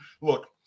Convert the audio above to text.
Look